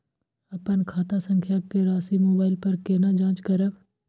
अपन खाता संख्या के राशि मोबाइल पर केना जाँच करब?